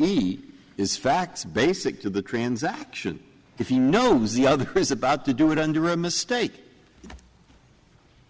meat is facts basic to the transaction if you know it's the other prison but to do it under a mistake